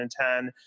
2010